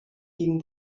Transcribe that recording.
gegen